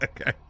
Okay